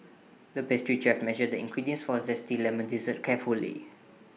the pastry chef measured the ingredients for Zesty Lemon Dessert carefully